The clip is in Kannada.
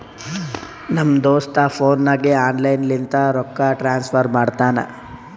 ನಮ್ ದೋಸ್ತ ಫೋನ್ ನಾಗೆ ಆನ್ಲೈನ್ ಲಿಂತ ರೊಕ್ಕಾ ಟ್ರಾನ್ಸಫರ್ ಮಾಡ್ತಾನ